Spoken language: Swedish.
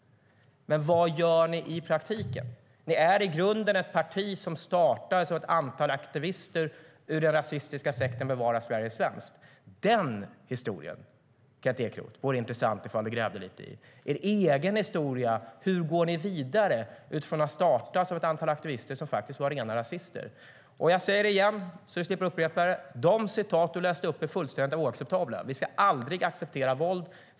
Men vad gör ni i praktiken? Ni är i grunden ett parti som startades av ett antal aktivister ur den rasistiska sekten Bevara Sverige svenskt. Det vore intressant om du grävde lite i er egen historia, Kent Ekeroth. Hur går ni vidare från att ha startats av ett antal aktivister som faktiskt var rena rasister? Jag säger det igen, så att du slipper upprepa det. De citat du läste upp är fullständigt oacceptabla. Vi ska aldrig acceptera våld.